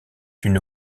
une